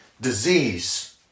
disease